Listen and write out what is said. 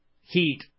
heat